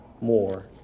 more